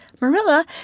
Marilla